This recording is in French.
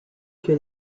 que